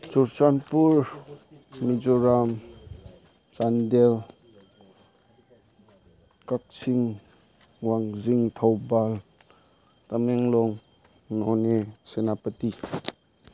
Churachandpur Mizoram Chandel Kakching Wangjing Thoubal Tamenglong Noney Senapati